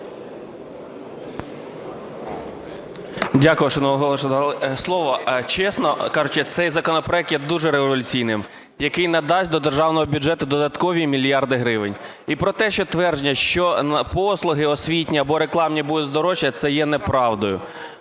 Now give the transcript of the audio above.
Дякую, шановний Голово, що дали слово. Чесно кажучи, цей законопроект є дуже революційним, який надасть до державного бюджету додаткові мільярди гривень. І про те, що твердження, що послуги освітні або рекламні будуть здорожчувати, це є неправдою,